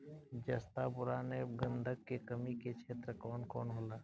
जस्ता बोरान ऐब गंधक के कमी के क्षेत्र कौन कौनहोला?